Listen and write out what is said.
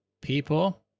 people